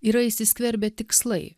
yra įsiskverbę tikslai